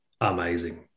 amazing